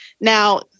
Now